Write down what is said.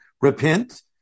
repent